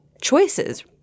choices